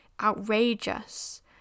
outrageous